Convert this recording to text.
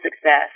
success